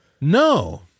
No